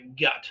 gut